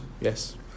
yes